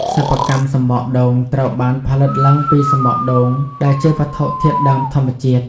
សិប្បកម្មសំបកដូងត្រូវបានផលិតឡើងពីសំបកដូង ដែលជាវត្ថុធាតុដើមធម្មជាតិ។